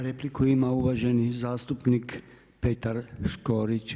Repliku ima uvaženi zastupnik Petar Škorić.